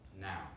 now